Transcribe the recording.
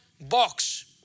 box